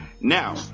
Now